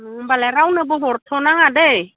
होनबालाय रावनोबो हरथ' नाङा दै